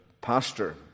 pastor